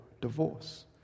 divorce